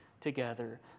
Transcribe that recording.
together